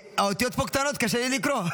האותיות פה קטנות, קשה לי לקרוא,